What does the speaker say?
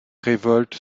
révolte